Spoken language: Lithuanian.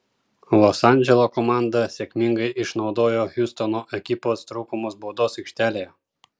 los andželo komanda sėkmingai išnaudojo hjustono ekipos trūkumus baudos aikštelėje